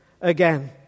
again